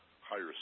higher